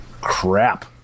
crap